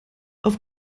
auf